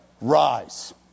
rise